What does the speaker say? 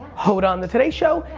hoda on the today show.